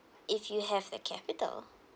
if you have the capital